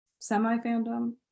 Semi-fandom